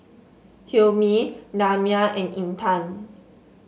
Hilmi Damia and Intan